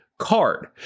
card